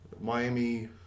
Miami